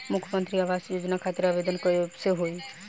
मुख्यमंत्री आवास योजना खातिर आवेदन कब से होई?